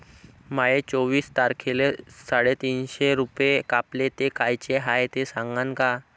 माये चोवीस तारखेले साडेतीनशे रूपे कापले, ते कायचे हाय ते सांगान का?